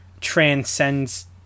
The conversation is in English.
transcends